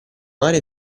mare